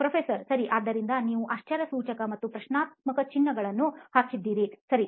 ಪ್ರೊಫೆಸರ್ಸರಿ ಆದ್ದರಿಂದ ನೀವು ಆಶ್ಚರ್ಯಸೂಚಕ ಮತ್ತು ಪ್ರಶ್ನಾರ್ಥಕ ಚಿಹ್ನೆಯನ್ನು ಹಾಕಿದ್ದೀರಿ ಸರಿ